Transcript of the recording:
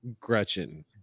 Gretchen